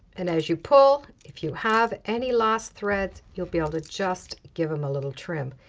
and as you pull, if you have any last threads you'll be able to just give them a little trim.